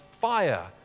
fire